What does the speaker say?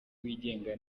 wigenga